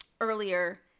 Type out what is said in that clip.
earlier